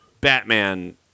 Batman